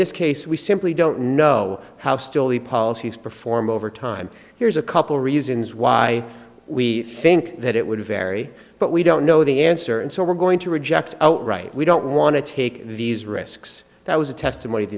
this case we simply don't know how still the policies perform over time here's a couple reasons why we think that it would vary but we don't know the answer and so we're going to reject outright we don't want to take these risks that was a testimon